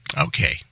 okay